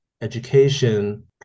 education